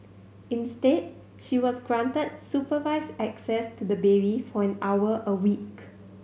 instead she was granted supervised access to the baby for an hour a week